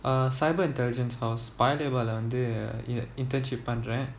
uh cyber intelligence course paya lebar ல வந்து:la vanthu internship பண்றேன்:panren